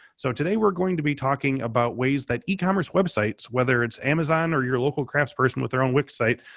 so today we're going to be talking about ways that ecommerce websites, whether it's amazon or your local craftsperson with their own wix site,